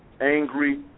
angry